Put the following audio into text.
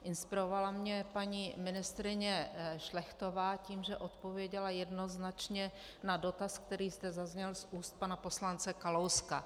Inspirovala mě paní ministryně Šlechtová tím, že odpověděla jednoznačně na dotaz, který zde zazněl z úst pana poslance Kalouska.